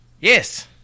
Yes